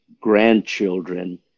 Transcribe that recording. grandchildren